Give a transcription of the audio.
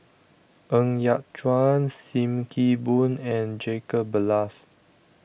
Ng Yat Chuan SIM Kee Boon and Jacob Ballas